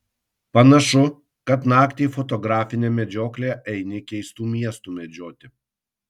panašu kad naktį į fotografinę medžioklę eini keistų miestų medžioti